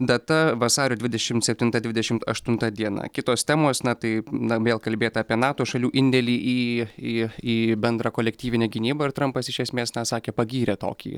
data vasario dvidešimt septinta dvidešimt aštunta diena kitos temos na tai na vėl kalbėta apie nato šalių indėlį į į į bendrą kolektyvinę gynybą ir trampas iš esmės na sakė pagyrė tokį